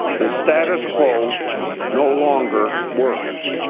the status quo no longer works.